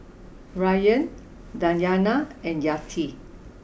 Ryan Dayana and Yati